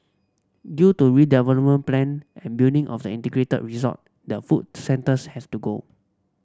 due to redevelopment plan and building of the integrated resort the food centres has to go